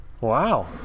Wow